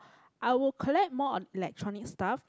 I would collect more on electronics stuff